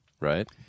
Right